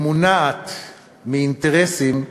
המונעת מאינטרסים,